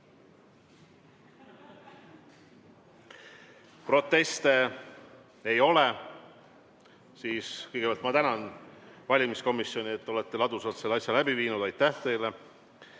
Proteste ei ole. Kõigepealt ma tänan valimiskomisjoni, et olete ladusalt selle asja läbi viinud. Aitäh teile!